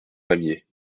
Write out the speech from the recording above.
pamiers